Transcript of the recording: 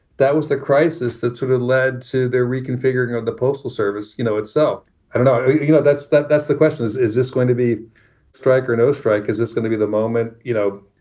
that was the crisis that sort of led to their reconfiguring of the postal service you know itself. i'm not you know, that's that that's the question is, is this going to be strike or no strike? is this going to be the moment, you know,